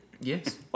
Yes